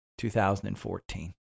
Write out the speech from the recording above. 2014